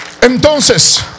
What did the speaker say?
Entonces